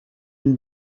une